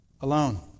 alone